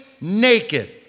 naked